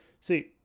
See